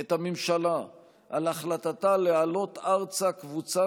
את הממשלה על החלטתה להעלות ארצה קבוצה